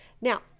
Now